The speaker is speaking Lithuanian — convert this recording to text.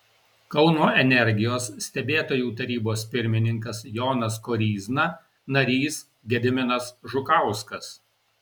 kauno energijos stebėtojų tarybos pirmininkas jonas koryzna narys gediminas žukauskas